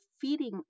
feeding